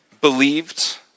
believed